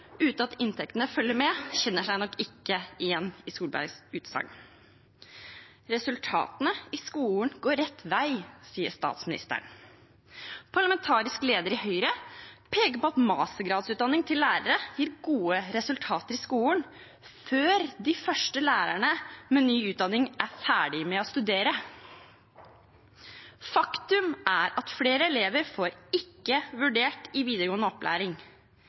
uten at inntektene følger med – de kjenner seg nok ikke igjen i Solbergs utsagn. Resultatene i skolen går rett vei, sier statsministeren. Parlamentarisk leder i Høyre peker på at mastergradsutdanning av lærere gir gode resultater i skolen, før de første lærerne med ny utdanning er ferdig med å studere. Faktum er at flere elever får «ikke vurdert» i videregående opplæring.